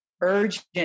urgent